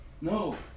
No